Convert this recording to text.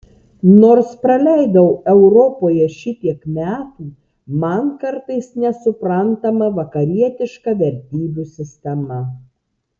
nors praleidau europoje šitiek metų man kartais nesuprantama vakarietiška vertybių sistema